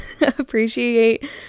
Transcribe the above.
appreciate